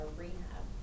rehab